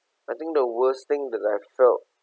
I think the worst thing that I felt